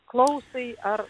klausai ar